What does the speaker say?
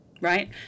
right